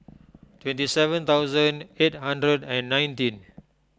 twenty seven thousand eight hundred and nineteen